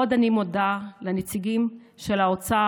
עוד אני מודה לנציגים של משרד האוצר,